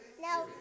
No